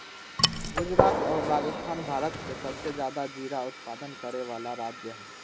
गुजरात और राजस्थान भारत के सबसे ज्यादा जीरा उत्पादन करे वाला राज्य हई